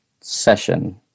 session